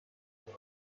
دیگر